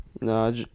No